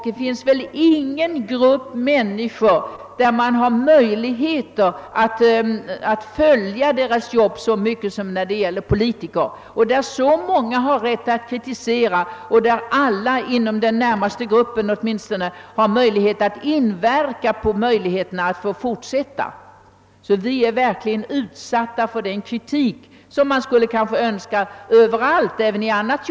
Det finns väl för övrigt ingen grupp människor vilkas arbete man har möjlighet att följa så bra som politikerna. Många har ju rätt att kritisera dem och alla åtminstone inom den närmaste gruppen har tillfälle att inverka på deras möjligheter att få fortsätta som politiker. Vi politiker är verkligen utsatta för en kritik som man skulle önska även då det gäller andra arbetande.